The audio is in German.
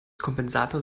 kompensator